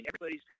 everybody's